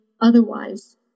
otherwise